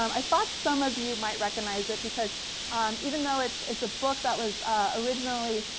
um i thought some of you might recognize it, because even though it's it's a book that was originally